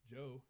Joe